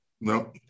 No